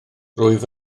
rwyf